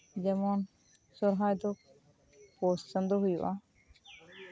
ᱡᱮᱢᱚᱱ ᱥᱚᱨᱦᱟᱭ ᱫᱚ ᱯᱳᱥ ᱪᱟᱸᱫᱳ ᱦᱩᱭᱩᱜᱼᱟ